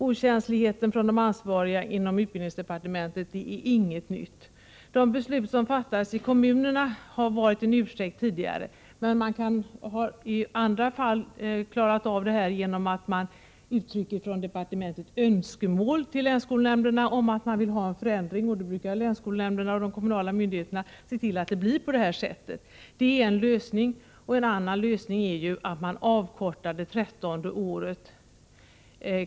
Okänsligheten från de ansvariga inom utbildningsdepartementet är inget nytt. De beslut som fattas i kommunerna har tidigare tagits till ursäkt. Men i andra fall har problem klarats av genom att departementet uttryckt önskemål till länsskolnämnderna om att man vill ha en förändring — och då brukar länsskolnämnderna och de kommunala myndigheterna se till att det blir på det sättet. — Det är en lösning. En annan lösning är att man avkortar det trettonde skolåret.